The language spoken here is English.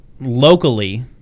locally